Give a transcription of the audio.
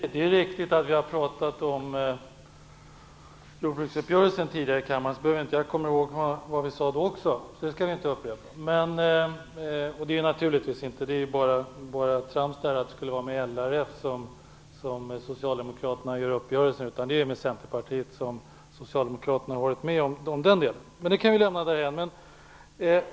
Fru talman! Det är riktigt att vi har pratat om jordbruksuppgörelsen tidigare i kammaren. Jag kommer också ihåg vad vi sade då. Det skall vi inte upprepa. Det är bara trams att Socialdemokraterna har gjort en uppgörelse med LRF. Det var med Centerpartiet som Socialdemokraterna gjorde upp. Men den delen kan vi lämna därhän.